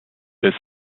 des